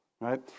right